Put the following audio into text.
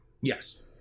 Yes